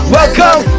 Welcome